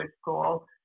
School